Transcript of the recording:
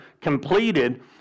completed